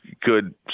good